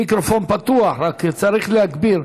המיקרופון פתוח, רק צריך להגביר.